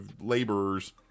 laborers